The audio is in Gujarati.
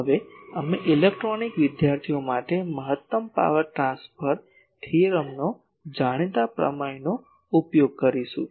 હવે અમે ઇલેક્ટ્રોનિક વિદ્યાર્થીઓ માટે મહત્તમ પાવર ટ્રાન્સફર થિયરેમનો જાણીતા પ્રમેયનો ઉપયોગ કરીશું